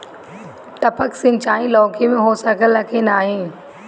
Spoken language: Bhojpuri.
टपक सिंचाई लौकी में हो सकेला की नाही?